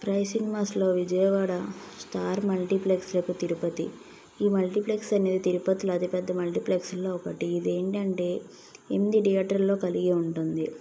spray సినిమాస్లో Vijayawada star multiplex Tirupati ఈ multiplex అనే తిరుపతిలో అతిపెద్ద మల్టీప్లెక్స్లో ఒకటి ఇదేంటంటే ఎనిమిది ధియేటర్లో కలిగి ఉంటుంది